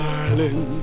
Darling